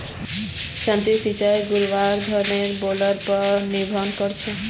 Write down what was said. सतही सिंचाई गुरुत्वाकर्षण बलेर पर निर्भर करछेक